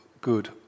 good